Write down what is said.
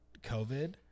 COVID